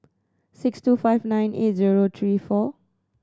six two five nine eight zero three four